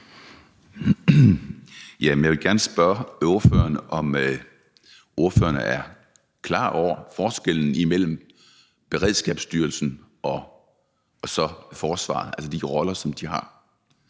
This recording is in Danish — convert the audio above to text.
Jeg vil gerne spørge ordføreren, om hun er klar over forskellen mellem Beredskabsstyrelsen og forsvaret, altså med hensyn til